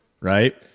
right